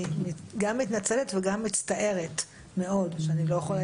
אני מתנצלת ומצטערת מאוד שאני לא יכולה